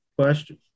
question